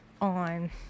on